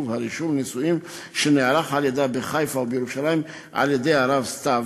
רישום לנישואים שנערך על-ידם בחיפה ובירושלים על-ידי הרב סתיו,